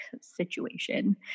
situation